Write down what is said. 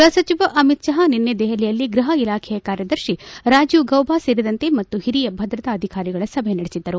ಗೃಹ ಸಚಿವ ಅಮಿತ್ ಷಾ ನಿನ್ನೆ ದೆಹಲಿಯಲ್ಲಿ ಗ್ಲಹ ಇಲಾಖೆಯ ಕಾರ್ಯದರ್ಶಿ ರಾಜೀವ್ ಗೌಬ ಸೇರಿದಂತೆ ಮತ್ತು ಹಿರಿಯ ಭದ್ರತಾ ಅಧಿಕಾರಿಗಳ ಸಭೆ ನಡೆಸಿದ್ದರು